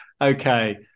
Okay